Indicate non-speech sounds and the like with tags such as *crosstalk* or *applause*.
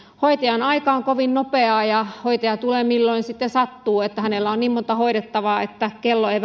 hoitajan aika on kovin nopeaa ja hoitaja tulee milloin sitten sattuu hänellä on niin monta hoidettavaa että välttämättä ei *unintelligible*